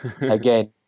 again